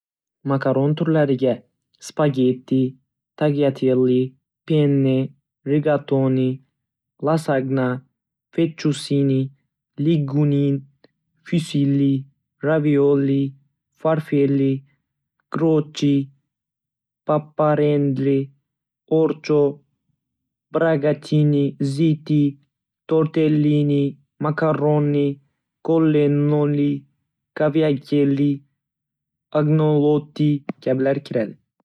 Makaron turlariga: Spagetti, tagliatelle, penne, rigatoni, lasagna, fettuccine, linguine, fusilli, ravioli, farfalle, gnocchi, papparedelle, orzo, bragatini, ziti, tortellini, macaroni, collenolli, cavatelli, agnolotti kabilar kiradi.